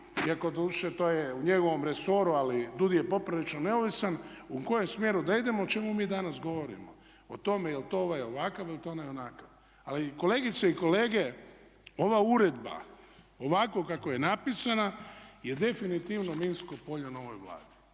iako doduše to je u njegovom resoru ali DUUD-i je poprilično neovisna u kojem smjeru da idemo o čemu mi danas govorimo, o tome jel to ovaj ovakav ili je to onaj onakav. Ali kolegice i kolege ova uredba ovako kako je napisana je definitivno minsko polje novoj Vladi,